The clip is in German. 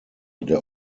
der